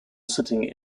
sitting